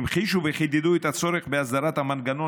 המחיש וחידד את הצורך בהסדרת המנגנון